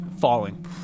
falling